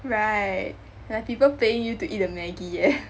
right like people paying you to eat the Maggi leh